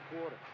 quarter